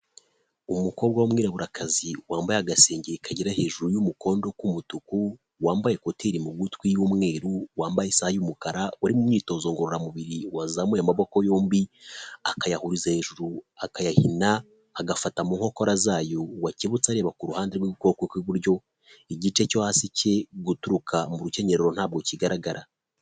umukobwa w'umwiraburakazi wambaye agasengeri kagira hejuru y'umukondo k'umutuku, wambaye ikoteri mu gutwi y'umweru, wambaye isaha y'umukara, uri mu myitozo ngororamubiri, wazamuye amaboko yombi akayahuriza hejuru, akayahina agafata mu nkokora zayo, wake butse areba ku ruhande rw'ukuboko kw'iburyo igice cyo hasi kiri guturuka mu rukenyerero ntabwo kigaragara.